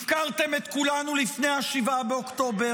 הפקרתם את כולנו לפני 7 באוקטובר,